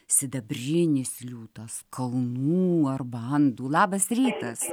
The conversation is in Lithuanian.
sidabrinis liūtas kalnų arba andų labas rytas